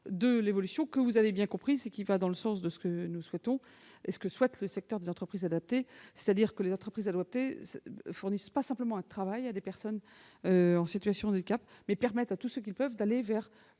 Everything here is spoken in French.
de l'évolution que vous avez bien comprise et qui va dans le sens de ce que nous souhaitons et que souhaite le secteur des entreprises adaptées : ces entreprises ne fournissent pas seulement un travail à des personnes en situation de handicap ; elles permettent à tous ceux qui le peuvent d'aller vers